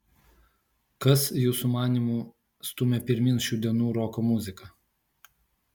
kas jūsų manymu stumia pirmyn šių dienų roko muziką